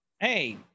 hey